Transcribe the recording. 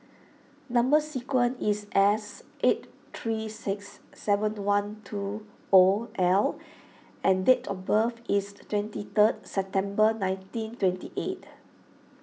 Number Sequence is S eight three six seven one two O L and date of birth is twenty third September nineteen twenty eight